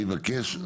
אני מבקש.